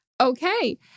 okay